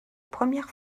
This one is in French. première